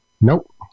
Nope